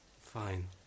Fine